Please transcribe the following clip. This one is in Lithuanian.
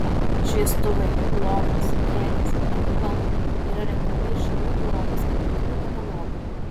šviestuvai lovos kėdės ir kiti baldai yra renkami iš žymių europos gamintojų katalogų